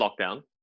lockdown